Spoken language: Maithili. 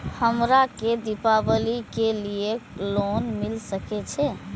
हमरा के दीपावली के लीऐ लोन मिल सके छे?